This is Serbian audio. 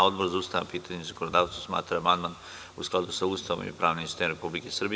Odbor za ustavna pitanja i zakonodavstvo smatra da je amandman u skladu sa Ustavom i pravnim sistemom Republike Srbije.